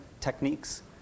techniques